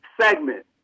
segment